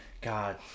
God